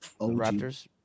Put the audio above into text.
Raptors